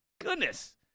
goodness